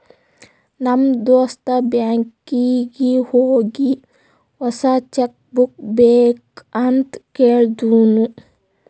ನಮ್ ದೋಸ್ತ ಬ್ಯಾಂಕೀಗಿ ಹೋಗಿ ಹೊಸಾ ಚೆಕ್ ಬುಕ್ ಬೇಕ್ ಅಂತ್ ಕೇಳ್ದೂನು